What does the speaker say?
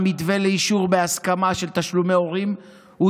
המתווה לאישור בהסכמה של תשלומי הורים הוא